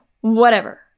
Whatever